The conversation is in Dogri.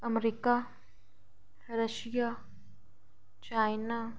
America Russia China